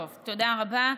תודה רבה.